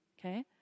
Okay